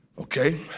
okay